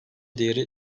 değeri